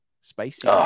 spicy